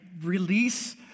release